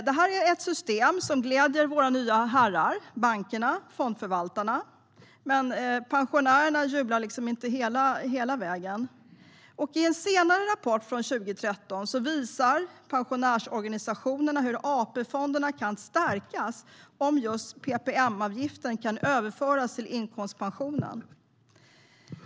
Detta är ett system som gläder våra nya herrar, bankerna och fondförvaltarna. Men pensionärerna jublar inte hela vägen. I en senare rapport från 2013 visar pensionärsorganisationerna hur AP-fonderna kan stärkas om just PPM-avgiften kan överföras till inkomstpensionen.